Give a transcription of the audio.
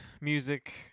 music